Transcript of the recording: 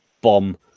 Bomb